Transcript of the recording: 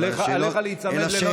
עליך להיצמד לנוסח השאילתה.